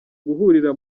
guhurira